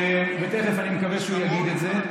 תכף אני מקווה שהוא יגיד את זה.